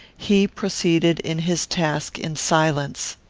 he proceeded in his task in silence.